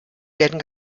werden